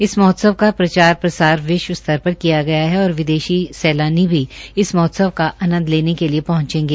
इस महोत्सव का प्रचार प्रसार विश्वस्तर पर किया गया है और विदेशी सैलानी भी इस महोत्सव का आनंद लेने के लिए पहंचेंगे